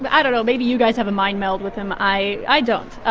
but i don't know. maybe you guys have a mind meld with him. i i don't.